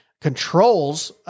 controls